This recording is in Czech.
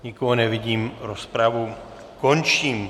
Nikoho nevidím, rozpravu končím.